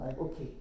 okay